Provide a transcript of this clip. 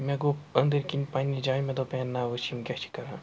مےٚ گوٚو أنٛدٕۍ کِنۍ پَنٛنہِ جاے مےٚ دوٚپ ہے نا وٕچھ یِم کیٛاہ چھِ کَران